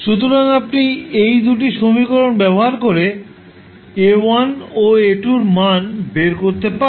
সুতরাং আপনি এই 2 সমীকরণটি ব্যবহার করে A1 ও A2 এর মান বের করতে পারেন